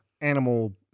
animal